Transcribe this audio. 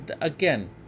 again